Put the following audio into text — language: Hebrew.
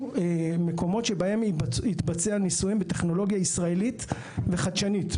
מקומות שיתבצעו בהם ניסויים בטכנולוגיה ישראלית וחדשנית,